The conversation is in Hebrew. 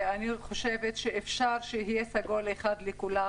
אני חושבת שאפשר שיהיה סגול אחד לכולם